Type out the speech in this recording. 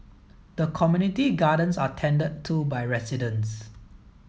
the community gardens are tended to by residents